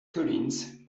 collins